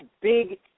big